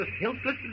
helpless